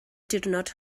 diwrnod